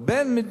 מה שקורה כאן,